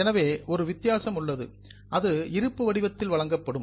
எனவே ஒரு வித்தியாசம் உள்ளது அது இருப்பு வடிவத்தில் வழங்கப்படும்